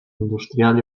industrial